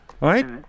right